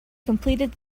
completed